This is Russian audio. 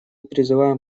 призываем